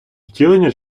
втілення